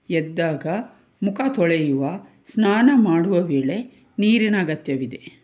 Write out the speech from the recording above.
ಎದ್ದಾಗ ಮುಖ ತೊಳೆಯುವ ಸ್ನಾನ ಮಾಡುವ ವೇಳೆ ನೀರಿನ ಅಗತ್ಯವಿದೆ